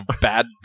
bad